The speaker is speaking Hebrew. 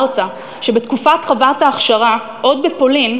שבתקופה של חוות ההכשרה עוד בפולין,